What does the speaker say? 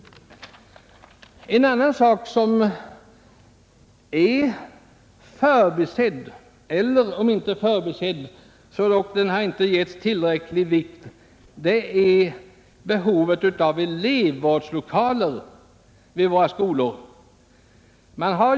En annan sak som är förbisedd, eller om inte förbisedd så dock inte given tillräcklig vikt, är behovet av elevvårdslokaler vid våra skolor.